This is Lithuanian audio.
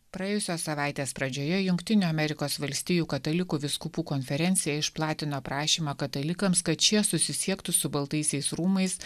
praėjusios savaitės pradžioje jungtinių amerikos valstijų katalikų vyskupų konferencija iš platino prašymą katalikams kad šie susisiektų su baltaisiais rūmais